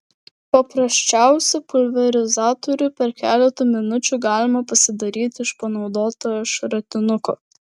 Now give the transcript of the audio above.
paprasčiausią pulverizatorių per keletą minučių galima pasidaryti iš panaudoto šratinuko